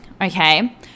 okay